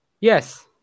Yes